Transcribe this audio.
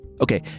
Okay